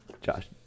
Josh